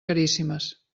caríssimes